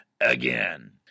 Again